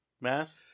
Mass